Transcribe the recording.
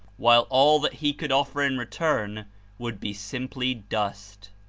while all that he could offer in return would be simply dust.